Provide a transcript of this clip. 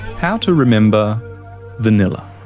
how to remember vanilla.